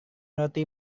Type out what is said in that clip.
roti